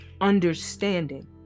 understanding